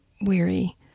weary